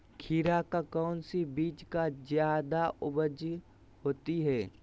खीरा का कौन सी बीज का जयादा उपज होती है?